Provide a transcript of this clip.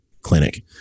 clinic